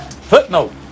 Footnote